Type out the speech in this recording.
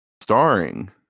starring